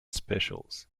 specials